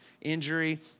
injury